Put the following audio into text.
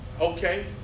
okay